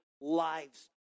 lives